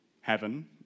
heaven